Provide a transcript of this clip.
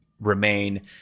remain